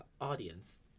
audience